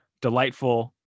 delightful